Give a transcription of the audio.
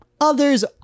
others